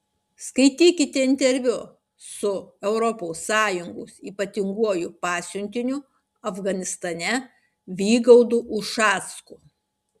skaitykite interviu su europos sąjungos ypatinguoju pasiuntiniu afganistane vygaudu ušacku